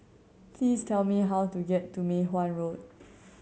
please tell me how to get to Mei Hwan Road